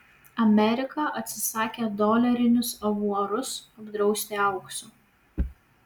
amerika atsisakė dolerinius avuarus apdrausti auksu